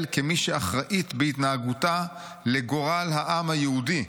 כמי שאחראית בהתנהגותה לגורל העם היהודי,